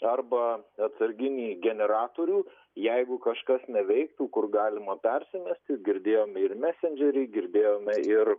arba atsarginį generatorių jeigu kažkas neveiktų kur galima persimesti girdėjom ir mesendžerį girdėjome ir